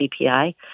CPI